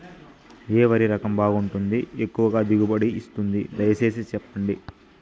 ఏ వరి రకం బాగుంటుంది, ఎక్కువగా దిగుబడి ఇస్తుంది దయసేసి చెప్పండి?